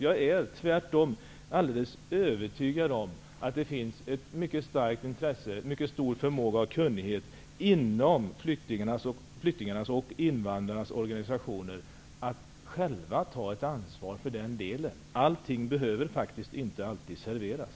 Jag är tvärtom alldeles övertygad om att det finns ett mycket starkt intresse och en mycket stor kunnighet inom flyktingarnas och invandrarnas organisationer när det gäller att ta ansvar för den delen. Allt behöver faktiskt inte alltid serveras.